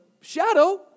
shadow